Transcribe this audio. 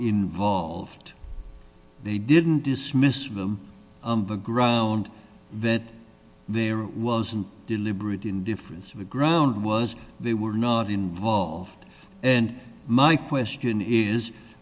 involved they didn't dismiss them the ground that there was a deliberate indifference of the ground was they were not involved and my question is